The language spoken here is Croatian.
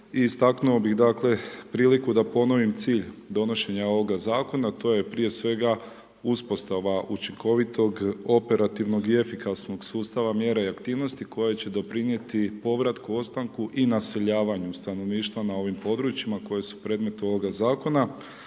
Istaknuo bih, dakle, priliku da ponovim cilj donošenja ovoga Zakona, to je prije svega, uspostava učinkovitog, operativnog i efikasnog sustava mjere i aktivnosti koja će doprinijeti povratku, ostanku i naseljavanju stanovništva na ovim područjima koje su predmet ovoga Zakona